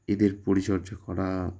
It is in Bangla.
এদের পরিচর্যা করা